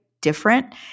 different